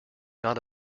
not